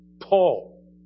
Paul